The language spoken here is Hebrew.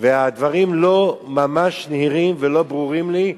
והדברים לא ממש נהירים ולא ברורים לי.